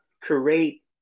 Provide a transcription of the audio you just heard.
create